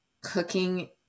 cooking